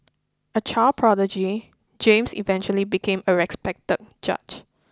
a child prodigy James eventually became a respected judge